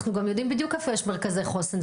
אנחנו גם יודעים בדיוק איפה יש מרכזי חוסן.